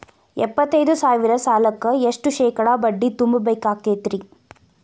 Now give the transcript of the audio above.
ಎಪ್ಪತ್ತೈದು ಸಾವಿರ ಸಾಲಕ್ಕ ಎಷ್ಟ ಶೇಕಡಾ ಬಡ್ಡಿ ತುಂಬ ಬೇಕಾಕ್ತೈತ್ರಿ?